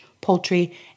poultry